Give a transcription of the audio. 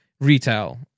retail